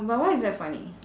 but why is that funny